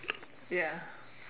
ya